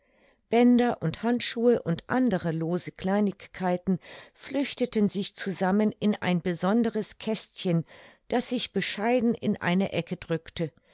bänder und handschuhe und andere lose kleinigkeiten flüchteten sich zusammen in ein besonderes kästchen das sich bescheiden in eine ecke drückte